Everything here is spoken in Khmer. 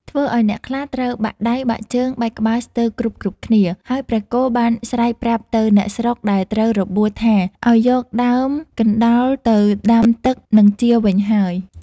ធ្វើឲ្យអ្នកខ្លះត្រូវបាក់ដៃ បាក់ជើង បែកក្បាលស្ទើរគ្រប់ៗគ្នា ហើយព្រះគោបានស្រែកប្រាប់ទៅអ្នកស្រុកដែលត្រូវរបួសថាឲ្យយកដើមកណ្ដោលទៅដាំផឹកនឹងជាវិញហើយ ។